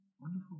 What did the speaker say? Wonderful